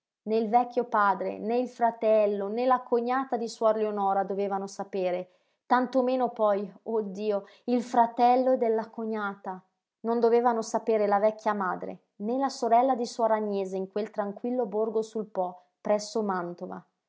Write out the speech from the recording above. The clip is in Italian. il vecchio padre né il fratello né la cognata di suor leonora dovevano sapere tanto meno poi oh dio il fratello della cognata non dovevano sapere la vecchia madre né la sorella di suor agnese in quel tranquillo borgo sul po presso mantova